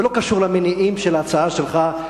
ולא קשור למניעים של ההצעה שלך,